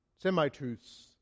semi-truths